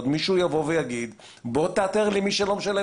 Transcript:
עוד מישהו יבוא ויגיד: בוא תאתר לי את מי שלא משלם